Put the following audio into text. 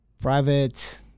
Private